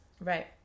Right